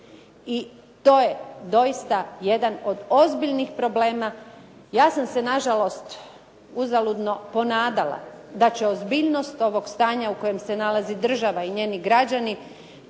i to je doista jedan od ozbiljnih problema. Ja sam se nažalost uzaludno ponadala da će ozbiljnost ovog stanja u kojem se nalazi država i njeni građani